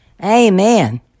Amen